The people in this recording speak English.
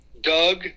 Doug